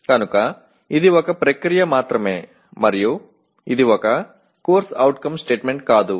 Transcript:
కనుక ఇది ఒక ప్రక్రియ మాత్రమే మరియు ఇది ఒక CO స్టేట్మెంట్ కాదు